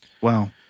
Wow